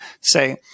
say